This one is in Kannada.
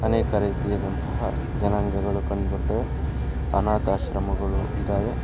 ಅನೇಕ ರೀತಿಯಾದಂತಹ ಜನಾಂಗಗಳು ಕಂಡು ಬರುತ್ತವೆ ಅನಾಥಾಶ್ರಮಗಳು ಇದ್ದಾವೆ